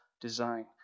design